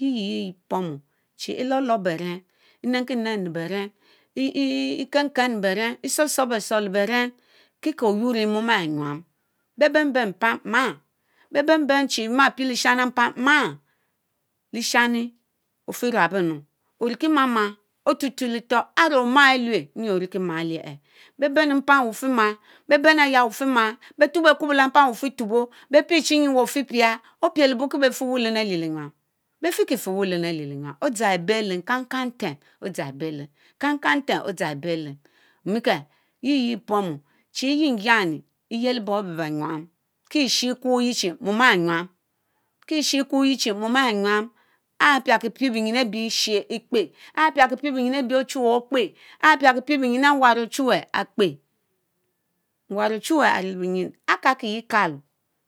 Yiyie yé Ɛpomu lolor beren; e'nenki nennu beren eeh kenken le beren; Ɛ'tsorr tsorr beh tsorr keko oyuorr mom ehh nyam. Bey benben mpam; maa béy benben chi ma pie leshani Ɛ'mpam máá. Leshani ofi ruabo enu oriki mama otutue le'ator aré oma elue enyi orike má elieh. Béy benu mpam wéy ofima; béy benu áyá wey ofiema, béy tuobo Akubo mpam wehh ofietubo béy pie chi nyie ofie pia opielebo kie béy fewéy lén alie linyam; befiekie fewéy lén alie lie nyam; odzan Ɛ'beh lén kangkang nten, odza Ɛ'béh lén, kangkang nten odzana Ɛbelen omeke? Ye ye Ɛ'pomu chi Ɛ'yen yan; Ɛyelie bom abeh béy nyam; kie Ɛshieh Ɛkwoyie chie mom ehh Ɛnyam, kie eshieh Ɛ'kwo yea chie mom arh Enyam ahh piakie pie bienyi abie Eshieh Ekpe; Ahh piaki pie bienyin abi ochuweh okpe ehh piakipie bienyin abie nwarr ochuweh Akpe. Nwarr ochuweh arilebienyin arẽ kalki yea kalo